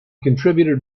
contributed